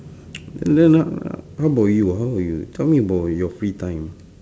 then then h~ how about you how about you tell me about your free time